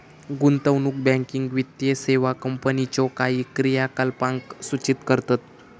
गुंतवणूक बँकिंग वित्तीय सेवा कंपनीच्यो काही क्रियाकलापांक सूचित करतत